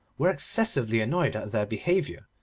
were excessively annoyed at their behaviour,